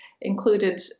included